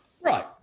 right